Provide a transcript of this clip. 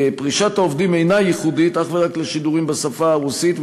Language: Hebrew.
פרישת העובדים אינה ייחודית אך ורק בשידורים בשפה הרוסית,